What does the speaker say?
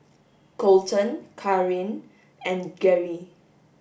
Colten Kaaren and Gerri